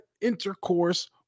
intercourse